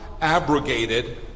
abrogated